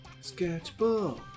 sketchbook